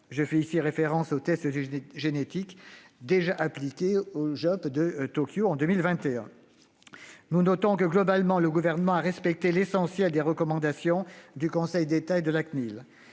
je fais ici référence aux tests génétiques déjà appliqués aux Jeux de Tokyo en 2021. Nous notons que le Gouvernement a globalement respecté l'essentiel des recommandations du Conseil d'État et de la Cnil.